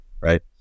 right